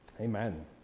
amen